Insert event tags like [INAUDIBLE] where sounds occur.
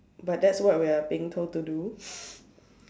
but that's what we are being told to do [NOISE]